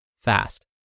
fast